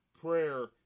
prayer